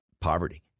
Poverty